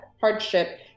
hardship